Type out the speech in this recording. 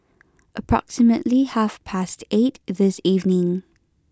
approximately half past eight this evening